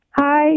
Hi